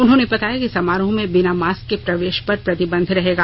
उन्होंने बताया कि समारोह में बिना मास्क के प्रवेश पर प्रतिबंध रहेगा